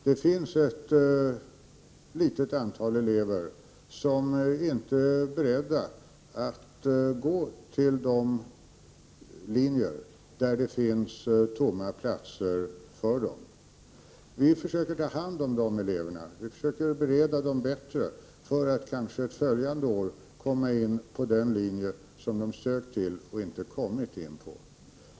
Det finns ett litet antal elever som inte är beredda att gå till de linjer där det finns tomma platser för dem. Vi försöker ta hand om de eleverna, vi försöker förbereda dem bättre för att de kanske ett följande år skall kunna komma in på den linje som de sökt till och inte kommit in på.